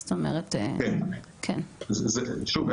שוב,